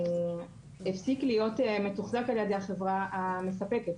הפסיק להיות מתוחזק על ידי החברה המספקת.